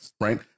right